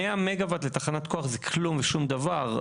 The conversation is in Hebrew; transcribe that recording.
100 מגה-וואט לתחנת כוח זה כלום, שום דבר.